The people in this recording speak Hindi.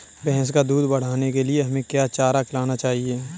भैंस का दूध बढ़ाने के लिए हमें क्या चारा खिलाना चाहिए?